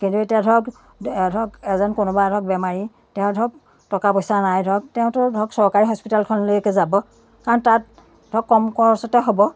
কিন্তু এতিয়া ধৰক এই ধৰক এজন কোনোবা ধৰক বেমাৰী তেওঁৰ ধৰক টকা পইচা নাই ধৰক তেওঁতো ধৰক চৰকাৰী হস্পিতেলখনলৈকে যাব কাৰণ তাত ধৰক কম খৰচতে হ'ব